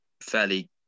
fairly